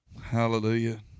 Hallelujah